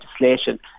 legislation